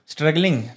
Struggling